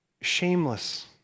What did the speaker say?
shameless